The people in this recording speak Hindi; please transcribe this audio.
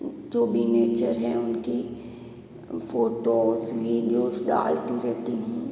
जो भी नेचर है उनकी फोटोस वीडियोस डालती रहती हूं